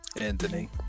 Anthony